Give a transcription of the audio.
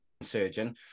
surgeon